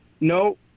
No